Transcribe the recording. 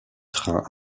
train